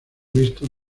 vistos